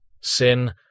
Sin